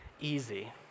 easy